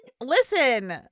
Listen